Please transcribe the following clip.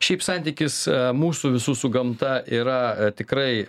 šiaip santykis mūsų visų su gamta yra tikrai